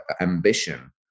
ambition